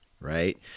right